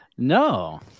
No